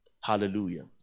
Hallelujah